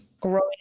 growing